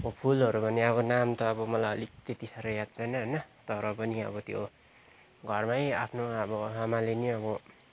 फुलहरू पनि अब नाम त मलाई अलिक त्यति सारो याद छैन होइन तर पनि अब त्यो घरमै आफ्नो अब त्यो आमाले नि अब